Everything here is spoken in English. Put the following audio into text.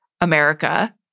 America